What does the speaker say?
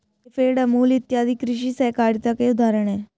नेफेड, अमूल इत्यादि कृषि सहकारिता के उदाहरण हैं